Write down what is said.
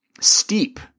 Steep